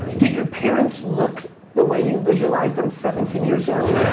did your parents look the way you visualized them seventeen years earlier?